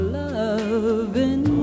loving